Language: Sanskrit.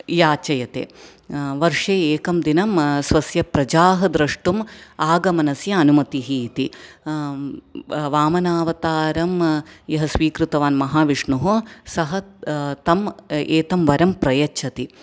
याचयते वर्षे एकं दिनं स्वस्य प्रजाः द्रष्टुम् आगमनस्य अनुमतिः इति वामनावतारं यः स्वीकृतवान् महाविष्णुः सः तं एतं वरं प्रयच्छति